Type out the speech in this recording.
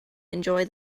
enjoy